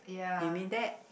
you mean that